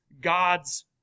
God's